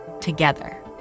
together